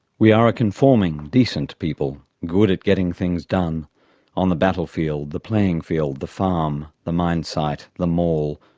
we are a conforming, decent people, good at getting things done on the battlefield, the playing field, the farm, the mine site, the mall,